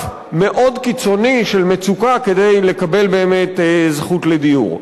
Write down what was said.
מאוד קיצוני של מצוקה כדי לקבל באמת זכות לדיור.